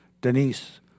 Denise